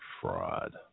fraud